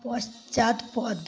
পশ্চাৎপদ